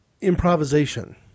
improvisation